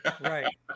right